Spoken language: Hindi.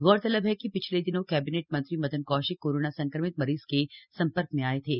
गौरतलब है कि पिछले दिनों कैबिनेट मंत्री मदन कौशिक कोरोना संक्रमित मरीज के संपर्क में आए थे